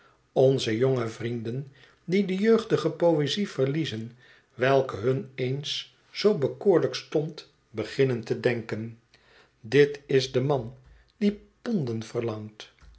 onze jonge vrienden die de jeugdige poëzie verliezen welke hun eens zoo bekoorlijk stond beginnen te denken dit is de man die ponden verlangt